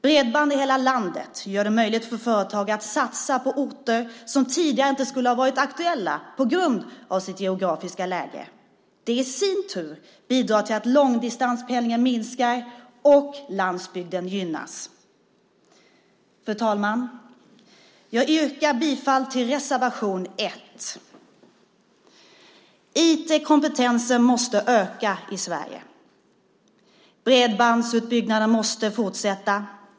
Bredband i hela landet gör det möjligt för företag att satsa på orter som tidigare inte skulle ha varit aktuella på grund av sitt geografiska läge. Det i sin tur bidrar till att långdistanspendlingen minskar och att landsbygden gynnas. Fru talman! Jag yrkar bifall till reservation 1. IT-kompetensen måste öka i Sverige. Bredbandsutbyggnaden måste fortsätta.